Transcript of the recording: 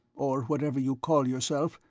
or whatever you call yourself,